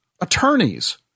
attorneys